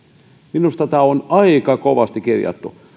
minusta tämä on aika kovasti kirjattu